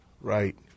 Right